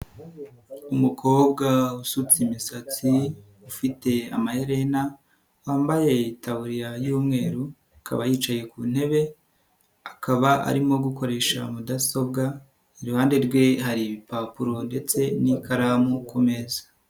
Umukobwa usutse imisatsi ufite amaherena wambaye itabuririya y'umweru akaba yicaye ku ntebe akaba arimo gukoresha mudasobwa, iruhande rwe hari ibipapuro ndetse n'ikaramu ku meza.